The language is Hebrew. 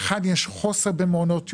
היכן יש חוסר במעונות יום,